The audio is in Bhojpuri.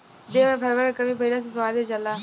देह में फाइबर के कमी भइला से बीमारी हो जाला